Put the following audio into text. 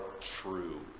true